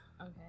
Okay